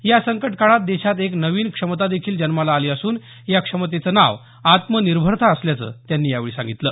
या संकट काळात देशात एक नवीन क्षमता देखील जन्माला आली असून या क्षमतेचं नाव आत्मनिर्भरता असल्याचं त्यांनी यावेळी सांगितलं